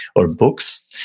or books.